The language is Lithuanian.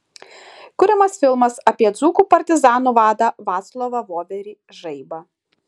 kuriamas filmas apie dzūkų partizanų vadą vaclovą voverį žaibą